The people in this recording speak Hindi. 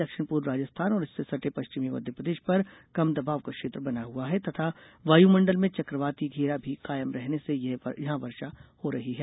दक्षिण पूर्व राजस्थान और इससे सटे पश्चिमी मध्यप्रदेश पर कम दबाव का क्षेत्र बना हुआ है तथा वायुमंडल में चक्रवाती घेरा भी कायम रहने से यह वर्षा हो रही है